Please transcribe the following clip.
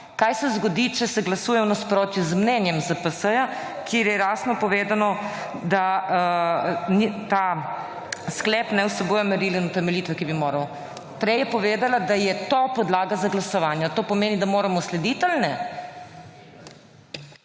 Kaj se zgodi, če se glasuje v nasprotju z mnenjem ZPS, kjer je jasno povedano, da ta sklep ne vsebuje meril in utemeljitve, ki bi moral. Prej je povedala, da je to podlaga za glasovanje. To pomeni, da moramo slediti ali ne?